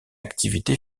activité